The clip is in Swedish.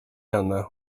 henne